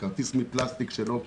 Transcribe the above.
כרטיס מפלסטיק שלא נקרע.